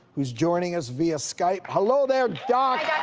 who's joining us via skype. hello there, doc!